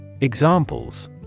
Examples